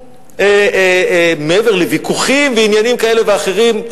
מעבר לוויכוחים ועניינים כאלה ואחרים,